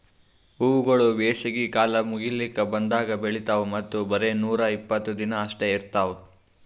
ಹೂವುಗೊಳ್ ಬೇಸಿಗೆ ಕಾಲ ಮುಗಿಲುಕ್ ಬಂದಂಗ್ ಬೆಳಿತಾವ್ ಮತ್ತ ಬರೇ ನೂರಾ ಇಪ್ಪತ್ತು ದಿನ ಅಷ್ಟೆ ಇರ್ತಾವ್